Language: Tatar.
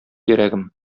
йөрәгем